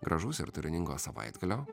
gražaus ir turiningo savaitgalio